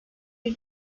bir